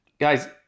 guys